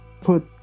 put